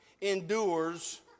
endures